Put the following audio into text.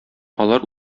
алар